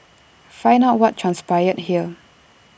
find out what transpired here